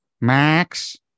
Max